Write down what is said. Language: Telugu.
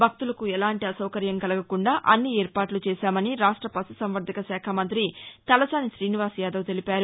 భక్తులకు ఎలాంటి అసౌకర్యం కలగకుండా అన్ని ఏర్పాట్లు చేశామని రాష్ట్ర పశుసంవర్దక శాఖ మంత్రి తలసాని శ్రీనివాస్ యాదవ్ తెలిపారు